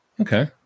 Okay